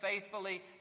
faithfully